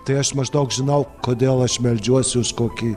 tai aš maždaug žinau kodėl aš meldžiuosi už kokį